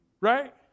right